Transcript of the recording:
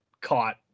caught